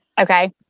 Okay